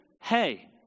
hey